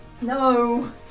No